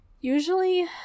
Usually